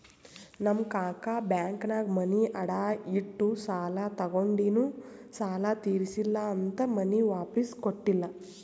ನಮ್ ಕಾಕಾ ಬ್ಯಾಂಕ್ನಾಗ್ ಮನಿ ಅಡಾ ಇಟ್ಟು ಸಾಲ ತಗೊಂಡಿನು ಸಾಲಾ ತಿರ್ಸಿಲ್ಲಾ ಅಂತ್ ಮನಿ ವಾಪಿಸ್ ಕೊಟ್ಟಿಲ್ಲ